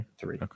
three